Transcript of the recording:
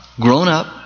grown-up